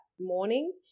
morning